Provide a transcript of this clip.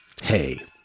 Hey